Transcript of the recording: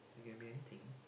it can be anything